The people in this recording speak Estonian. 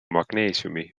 magneesiumi